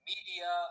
media